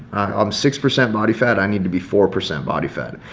i'm six percent body fat, i need to be four percent body fat.